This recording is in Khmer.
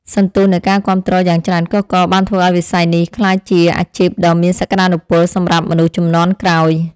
សន្ទុះនៃការគាំទ្រយ៉ាងច្រើនកុះករបានធ្វើឱ្យវិស័យនេះក្លាយជាអាជីពដ៏មានសក្តានុពលសម្រាប់មនុស្សជំនាន់ក្រោយ។